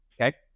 okay